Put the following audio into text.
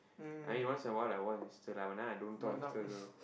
I mean once awhile I watch and still like now I don't talk